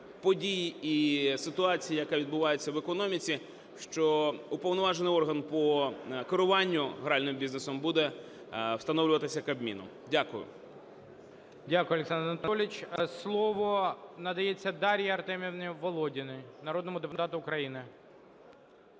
подій і ситуації, яка відбувається в економіці, що уповноважений орган по керуванню гральним бізнесом буде встановлюватися Кабміном. Дякую. ГОЛОВУЮЧИЙ. Дякую, Олександр Анатолійович. Слово надається Дар'ї Артемівні Володіній, народному депутату України.